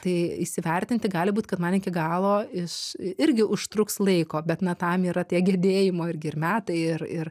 tai įsivertinti gali būt kad man iki galo iš i irgi užtruks laiko bet na tam yra tie girdėjimo irgi ir metai ir ir